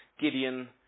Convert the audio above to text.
Gideon